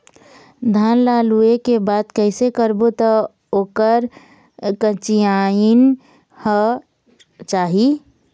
धान ला लुए के बाद कइसे करबो त ओकर कंचीयायिन हर जाही?